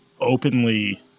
openly